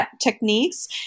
techniques